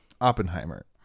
Oppenheimer